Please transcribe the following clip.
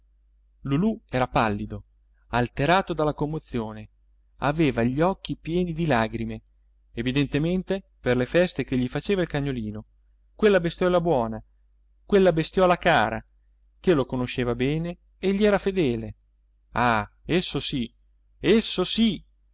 lulù era pallido alterato dalla commozione aveva gli occhi pieni di lagrime evidentemente per le feste che gli faceva il cagnolino quella bestiola buona quella bestiola cara che lo conosceva bene e gli era fedele ah esso sì esso sì